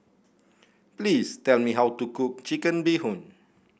please tell me how to cook Chicken Bee Hoon